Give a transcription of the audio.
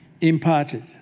imparted